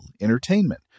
entertainment